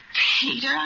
peter